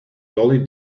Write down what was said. dolly